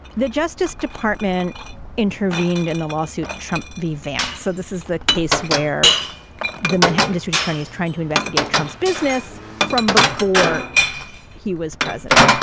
the justice department intervened in and the lawsuit, trump v. vance. so this is the case where the manhattan district attorney is trying to investigate trump's business from before he was president.